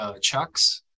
Chucks